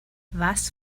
was